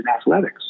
athletics